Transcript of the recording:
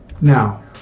now